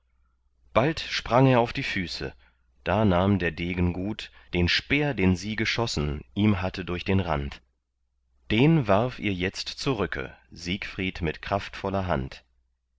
bald sprang er auf die füße da nahm der degen gut den speer den sie geschossen ihm hatte durch den rand den warf ihr jetzt zurücke siegfried mit kraftvoller hand